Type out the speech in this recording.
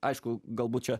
aišku galbūt čia